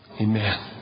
Amen